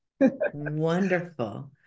Wonderful